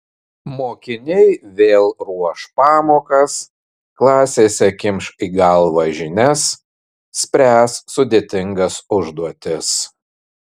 mokiniai vėl ruoš pamokas klasėse kimš į galvą žinias spręs sudėtingas užduotis